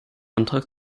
antrag